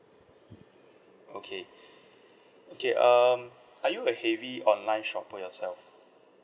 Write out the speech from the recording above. okay okay um are you a heavy online shopper yourself